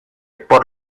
por